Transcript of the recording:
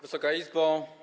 Wysoka Izbo!